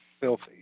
filthy